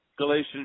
Galatians